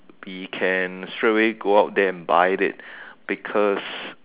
we can straight away go out there and buy it because